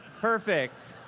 perfect.